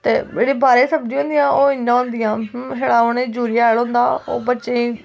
ते जेह्ड़ी बाह्रै दी सब्जियां होंदियां ओह् इ'यां गै होंदियां छड़ा उ'नें यूरिया हैल होंदा ओह् बच्चें गी